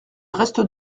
reste